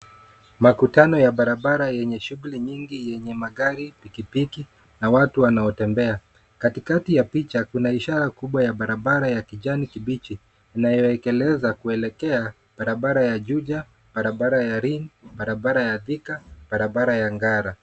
Makutano ya barabara yenye shughuli nyingi yenye magari, pikipiki na watu wanaotembea. Katikati ya picha kuna ishara kubwa ya barabara ya kijani kibichi inayoekeleza kuelekea barabara ya Juja, barabara ya Ring, barabara ya Thika, barabara ya Ngara.